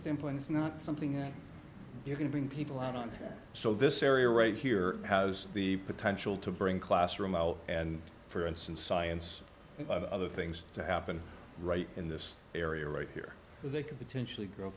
standpoint it's not something that you can bring people out on to so this area right here has the potential to bring classroom out and for instance science other things to happen right in this area right here they could potentially grow